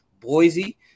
Boise